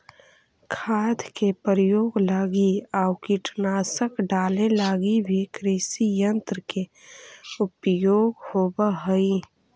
खाद के प्रयोग लगी आउ कीटनाशक डाले लगी भी कृषियन्त्र के उपयोग होवऽ हई